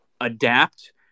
adapt